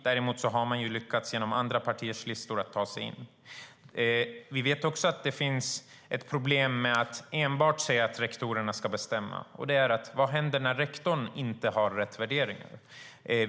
Däremot har man lyckats genom andra partiers listor att ta sig in. Vi vet att det finns ett problem med att enbart säga att rektorerna ska bestämma. Det är: Vad händer när rektorn inte har rätt värderingar?